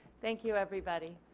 thank you everybody.